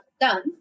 done